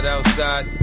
Outside